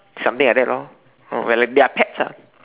something like that lor or we're like their pets lah